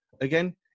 again